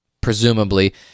presumably